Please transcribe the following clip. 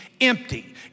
empty